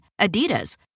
Adidas